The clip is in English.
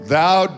Thou